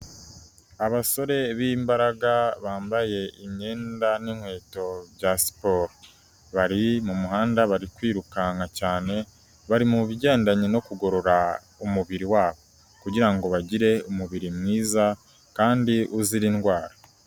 Abasore b'imbaraga bambaye imyenda n'ikweto bya siporo, bari mu muhanda bari kwirukanka cyane. Bari mu bigendanye no kugorora umubiri wabo, kugirango ngo bagire umubiri mwiza kandi uzira indwara.